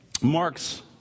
marks